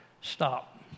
stop